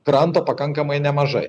kranto pakankamai nemažai